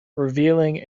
revealing